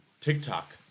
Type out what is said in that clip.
TikTok